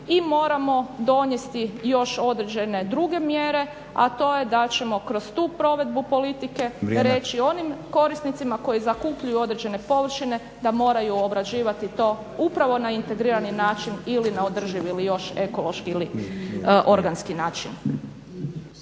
i moramo donesti još određene druge mjere a to je da ćemo kroz tu provedbu politike … …/Upadica: Vrijeme./… … Reći oni onim korisnicima koji zakupljuju određene površine da moraju obrađivati to upravo na integrirani način ili na održiv ili još ekološki ili organski način.